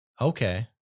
Okay